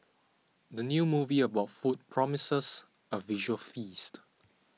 the new movie about food promises a visual feast